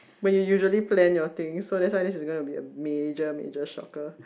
when you usually plan your things so that's why this is going to be a major major shocker